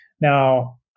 Now